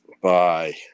Bye